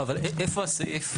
לא, אבל איפה הסעיף?